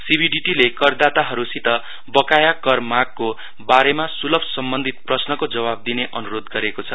सि B D T ले करदाताहरूसित बकाया कार मागको बारेमा सुलभ सम्बन्धि प्रश्नको जवाफ दिने अनुरोध गरेको छ